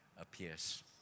appears